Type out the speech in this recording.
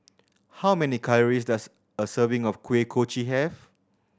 how many calories does a serving of Kuih Kochi have